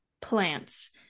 plants